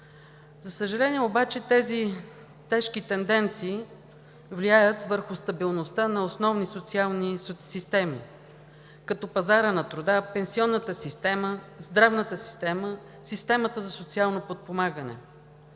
За съжаление, тези тежки тенденции влияят върху стабилността на основни социални системи, като пазара на труда, пенсионната система, здравната система, системата за социално подпомагане.